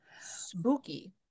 spooky